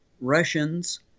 Russians